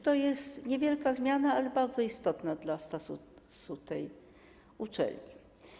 To jest niewielka zmiana, ale bardzo istotna dla statusu tej uczelni.